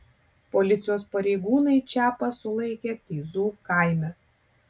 policijos pareigūnai čapą sulaikė teizų kaime